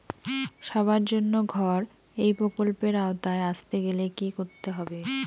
সবার জন্য ঘর এই প্রকল্পের আওতায় আসতে গেলে কি করতে হবে?